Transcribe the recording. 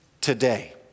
today